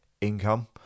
income